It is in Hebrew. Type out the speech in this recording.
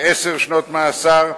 לעשר שנות מאסר.